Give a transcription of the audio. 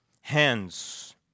hands